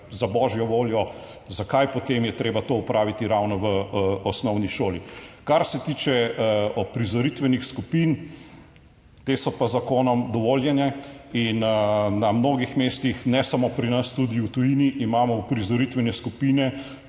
za božjo voljo, zakaj potem je treba to opraviti ravno v osnovni šoli. Kar se tiče uprizoritvenih skupin, te so pa z zakonom dovoljene in na mnogih mestih, ne samo pri nas, tudi v tujini, imamo uprizoritvene skupine,